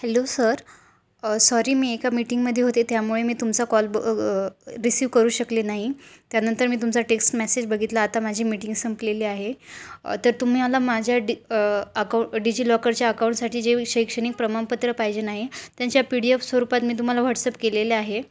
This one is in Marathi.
हॅलो सर सॉरी मी एका मीटिंगमध्ये होते त्यामुळे मी तुमचा कॉल ब रिसिव्ह करू शकले नाही त्यानंतर मी तुमचा टेक्स्ट मेसेज बघितला आता माझी मीटिंग संपलेली आहे तर तुम्ही मला माझ्या डि अकाऊंट डिजिलॉकरच्या अकाऊंटसाठी जे शैक्षणिक प्रमाणपत्र पाहिजे नाही त्यांच्या पी डी एफ स्वरूपात मी तुम्हाला व्हॉट्सअप केलेले आहे